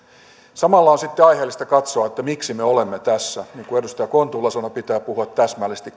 samalla on sitten aiheellista katsoa miksi me olemme tässä niin kuin edustaja kontula sanoi pitää puhua täsmällisesti